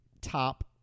top